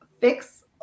fix